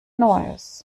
neues